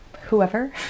whoever